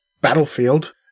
Battlefield